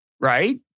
right